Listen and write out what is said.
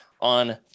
on